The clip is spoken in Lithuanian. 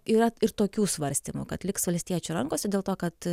yra ir tokių svarstymų kad liks valstiečių rankose dėl to kad